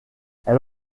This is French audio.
elle